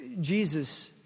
Jesus